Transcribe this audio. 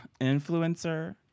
Influencer